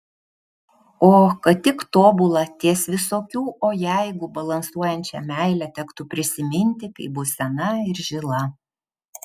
o kad tik tobulą ties visokių o jeigu balansuojančią meilę tektų prisiminti kai bus sena ir žila